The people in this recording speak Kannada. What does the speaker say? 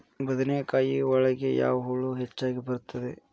ಬದನೆಕಾಯಿ ಒಳಗೆ ಯಾವ ಹುಳ ಹೆಚ್ಚಾಗಿ ಬರುತ್ತದೆ?